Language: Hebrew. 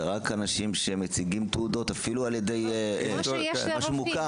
ורק אנשים שמציגים תעודות של משהו מוכר.